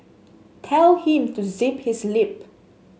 tell him to zip his lip